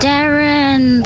Darren